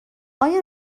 آیا